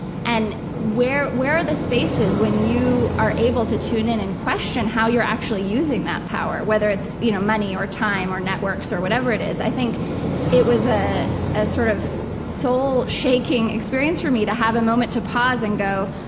and where where are the spaces when you are able to tune in and question how you're actually using that power, whether it's you know money, or time, or networks, or whatever it is. i think it was ah a sort of soul-shaking experience for me to have a moment to pause and go,